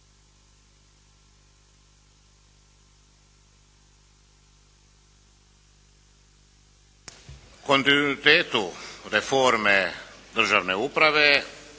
… prioritetu reforme državne uprave